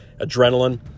adrenaline